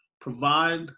provide